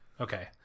Okay